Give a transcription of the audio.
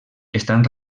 estan